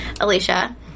Alicia